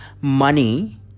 money